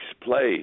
place